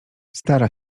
stara